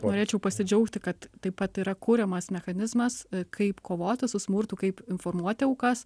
norėčiau pasidžiaugti kad taip pat yra kuriamas mechanizmas kaip kovoti su smurtu kaip informuoti aukas